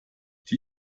die